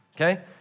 okay